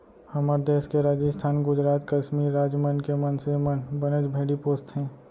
हमर देस के राजिस्थान, गुजरात, कस्मीर राज मन के मनसे मन बनेच भेड़ी पोसथें